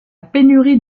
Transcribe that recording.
pénurie